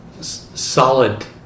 solid